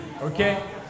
Okay